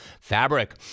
Fabric